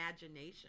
imagination